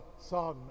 Son